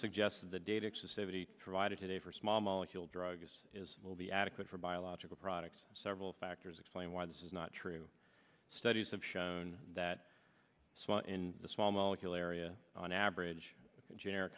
suggested the data exclusivities provided today for small molecule drugs is will be adequate for biological products several factors explain why this is not true studies have shown that in the small molecule area on average generic